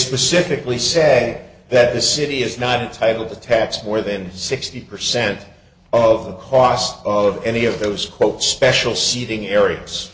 specifically say that the city is not entitled to tax more than sixty percent of the cost of any of those quote special seating areas